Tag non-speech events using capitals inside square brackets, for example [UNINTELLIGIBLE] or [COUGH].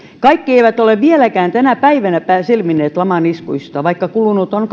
kaikki eivät ole vielä tänä päivänäkään selvinneet laman iskuista vaikka kulunut on [UNINTELLIGIBLE]